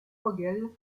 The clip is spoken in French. vogel